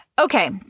okay